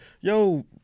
yo